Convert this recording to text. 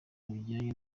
bijyanye